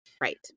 Right